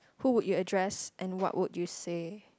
who would you address and what would you say